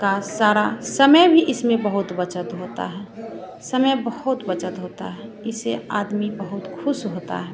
का सारा समय भी इसमें बहुत बचत होता है समय बहुत बचत होता है इससे आदमी बहुत ख़ुश होता है